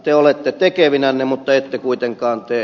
te olette tekevinänne mutta ette kuitenkaan tee